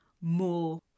more